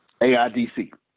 AIDC